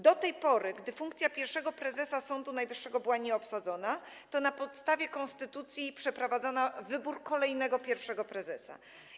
Do tej pory, gdy funkcja pierwszego prezesa Sądu Najwyższego była nieobsadzona, to na podstawie konstytucji przeprowadzano wybór kolejnego pierwszego prezesa.